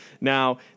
Now